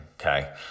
Okay